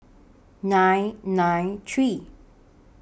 nine nine three